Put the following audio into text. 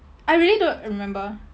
I really don't remember